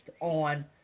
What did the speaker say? on